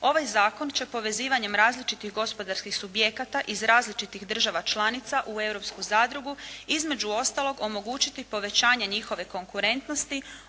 Ovaj zakon će povezivanjem različitih gospodarskih subjekata iz različitih država članica u europsku zadrugu između ostaloga omogućiti povećanje njihove konkurentnosti,